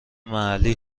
محلی